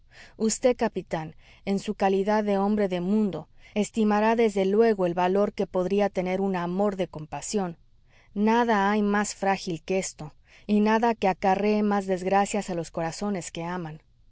vd capitán en su calidad de hombre de mundo estimará desde luego el valor que podría tener un amor de compasión nada hay mas frágil que esto y nada que acarrée más desgracias a los corazones que aman